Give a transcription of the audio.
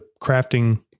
crafting